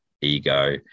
ego